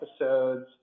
episodes